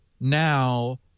now